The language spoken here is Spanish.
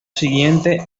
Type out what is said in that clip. siguiente